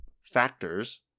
factors